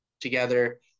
together